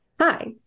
Hi